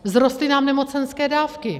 Vzrostly nám nemocenské dávky.